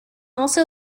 also